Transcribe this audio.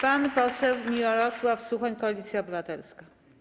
Pan poseł Mirosław Suchoń, Koalicja Obywatelska.